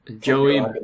Joey